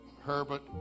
Herbert